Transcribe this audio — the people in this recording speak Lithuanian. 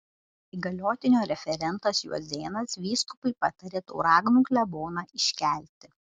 įgaliotinio referentas juozėnas vyskupui patarė tauragnų kleboną iškelti